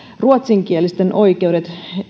ruotsinkielisten oikeudet